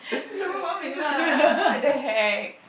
global warming lah what-the-heck